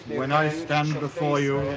when i stand before you,